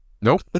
Nope